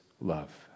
love